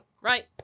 Right